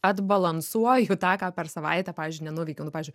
atbalansuoju tą ką per savaitę pavyzdžiui nenuveikiau nu pavyzdžiui